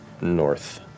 north